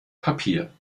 papier